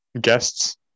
Guests